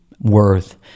worth